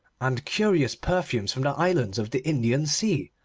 and curious perfumes from the islands of the indian sea,